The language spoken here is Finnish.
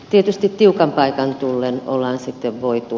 tietysti tiukan paikan tullen ollaan sitten voitu